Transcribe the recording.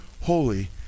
holy